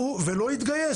ולא התגייס,